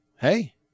hey